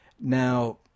Now